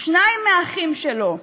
שניים מהאחים שלו,